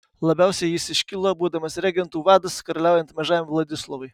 labiausiai jis iškilo būdamas regentų vadas karaliaujant mažajam vladislovui